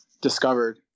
discovered